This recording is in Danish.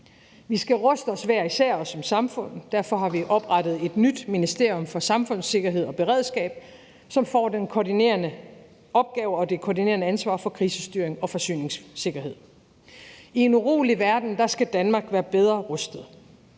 Vi skal ruste os hver især og som samfund. Derfor har vi oprettet et ny ministerium for samfundssikkerhed og beredskab, som får den koordinerende opgave og det koordinerende ansvar for krisestyring og forsyningssikkerhed. I en urolig verden skal Danmark være bedre rustet,